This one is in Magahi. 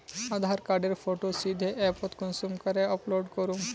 आधार कार्डेर फोटो सीधे ऐपोत कुंसम करे अपलोड करूम?